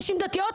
נשים דתיות,